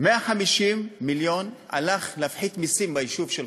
150 מיליון הלכו להפחית מסים ביישוב שלך,